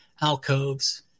alcoves